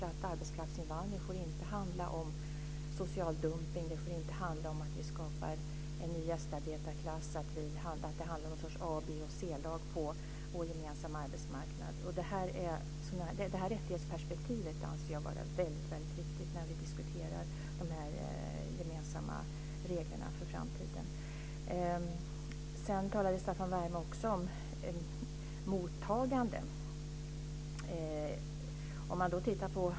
Arbetskraftsinvandring får inte handla om social dumpning, att det skapas en ny gästarbetarklass, att det skapas ett A-, B och C-lag på vår gemensamma arbetsmarknad. Jag anser det här rättighetsperspektivet vara väldigt viktigt när vi diskuterar de gemensamma reglerna för framtiden. Staffan Werme talade också om mottagande.